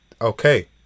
Okay